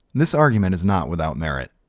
this argument is not without merit.